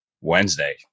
Wednesday